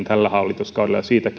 tällä hallituskaudella ja siitä